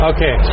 Okay